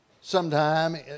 sometime